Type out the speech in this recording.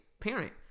parent